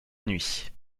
nuit